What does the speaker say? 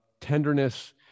tenderness